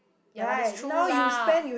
ya lah that's true lah